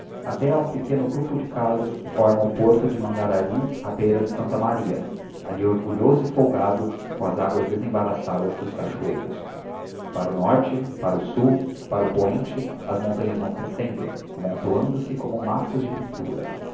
até a um pequeno grupo de casas que formam o porto do mangarahy á beira do santa maria alli orgulhoso e folgado com as aguas desembaraçadas dos cachoeiros para ghanaan si o norte para o sul para o poente as montanhas vão crescendo amontoando se como massas de pintura